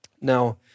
Now